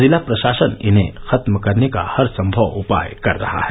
जिला प्रशासन इन्हें खत्म करने का हर सम्भव उपाय कर रहा है